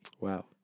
Wow